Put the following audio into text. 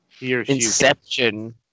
Inception